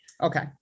Okay